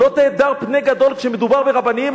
"לא תהדר פני גדול" כשמדובר ברבנים,